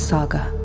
Saga